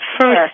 first